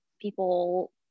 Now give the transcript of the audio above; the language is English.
people